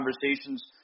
conversations